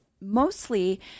mostly